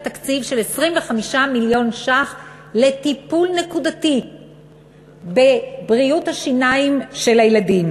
תוספת תקציב של 25 מיליון ש"ח לטיפול נקודתי בבריאות השיניים של הילדים.